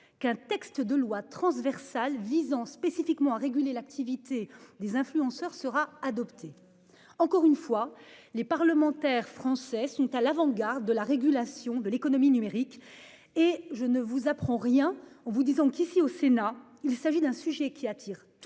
qu'un texte de loi transversale visant spécifiquement à réguler l'activité des influenceurs sera adopté. Encore une fois les parlementaires français sont à l'avant-garde de la régulation de l'économie numérique. Et je ne vous apprends rien, on vous disons qu'ici au Sénat, il s'agit d'un sujet qui attire